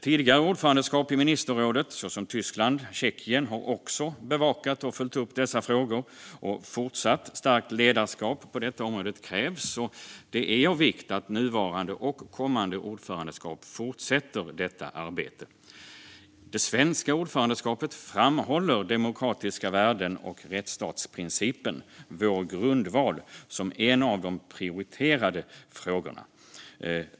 Tidigare ordförandeskap i ministerrådet, såsom Tyskland och Tjeckien, har också bevakat och följt upp dessa frågor. Fortsatt starkt ledarskap på detta område krävs, och det är av vikt att nuvarande och kommande ordförandeskap fortsätter detta arbete. Det svenska ordförandeskapet framhåller demokratiska värden och rättsstatsprincipen - vår grundval - som en av de prioriterade frågorna.